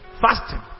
Fasting